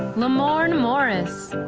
l'amour and morris,